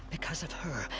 because of her.